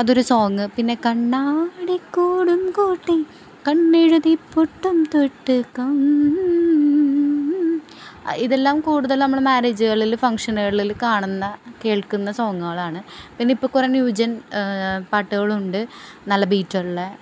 അത് ഒരു സോങ്ങ് പിന്നെ കണ്ണാടി കൂടും കൂട്ടി കണ്ണെഴുതി പൊട്ടും തൊട്ട് കംമ് ഇതെല്ലാം കൂടുതൽ നമ്മൾ മാരേജുകളിൽ ഫൺഷനുകളിൽ കാണുന്ന കേൾക്കുന്ന സോങ്ങുകളാണ് പിന്നെ ഇപ്പോൾ കുറേ ന്യൂ ജെൻ പാട്ടുകളും ഉണ്ട് നല്ല ബീറ്റ് ഉള്ള